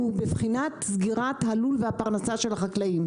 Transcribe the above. בבחינת סגירת הלול והפרנסה של החקלאים.